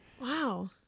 wow